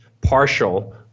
partial